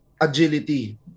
agility